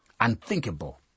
Unthinkable